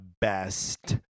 best